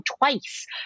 twice